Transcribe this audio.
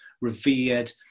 revered